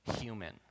human